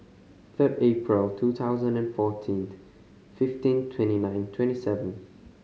third April two thousand and fourteen fifteen twenty nine twenty seven